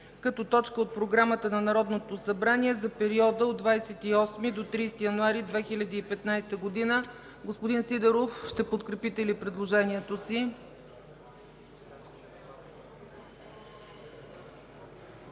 като точка от програмата на Народното събрание за периода от 28 до 30 януари 2015 г. Господин Сидеров, ще подкрепите ли предложението си?